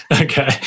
Okay